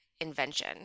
invention